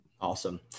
Awesome